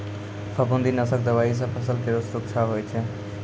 फफूंदी नाशक दवाई सँ फसल केरो सुरक्षा होय छै